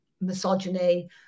misogyny